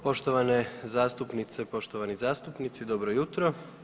Poštovane zastupnice i poštovani zastupnici dobro jutro.